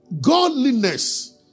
Godliness